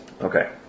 Okay